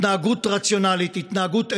התנהגות רציונלית, התנהגות אנושית,